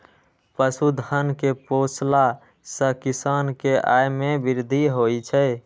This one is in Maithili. पशुधन कें पोसला सं किसान के आय मे वृद्धि होइ छै